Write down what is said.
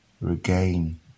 regain